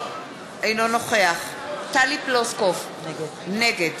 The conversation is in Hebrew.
אינו נוכח טלי פלוסקוב, נגד